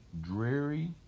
dreary